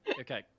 Okay